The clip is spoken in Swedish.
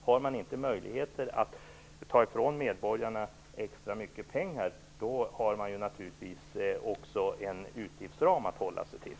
Har man inte möjligheter att ta ifrån medborgarna extra mycket pengar har man naturligtvis också en utgiftsram att hålla sig till.